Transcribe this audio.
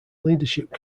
leadership